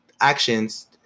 actions